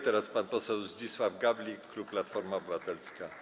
Teraz pan poseł Zdzisław Gawlik, klub Platforma Obywatelska.